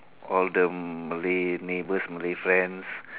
all the Malay neighbours Malay friends